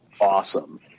awesome